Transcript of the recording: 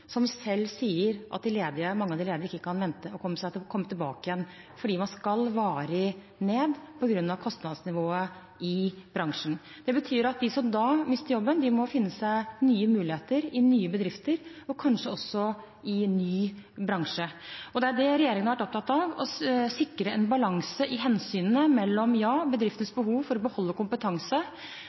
som selv sier at mange av de ledige ikke kan vente å komme tilbake igjen, fordi man skal varig ned pga. kostnadsnivået i bransjen. Det betyr at de som da mister jobben, må finne seg nye muligheter i nye bedrifter, og kanskje også i ny bransje. Det er det regjeringen har vært opptatt av, å sikre en balanse i hensynene mellom ja, bedriftenes behov for å beholde kompetanse,